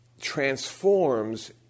transforms